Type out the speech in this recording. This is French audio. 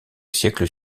siècles